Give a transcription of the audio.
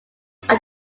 after